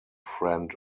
friend